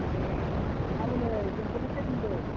ए आं नै बेंगलनिफ्राय बुंदों